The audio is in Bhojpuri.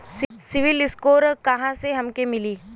सिविल स्कोर कहाँसे हमके मिली?